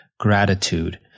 gratitude